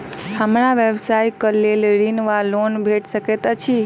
हमरा व्यवसाय कऽ लेल ऋण वा लोन भेट सकैत अछि?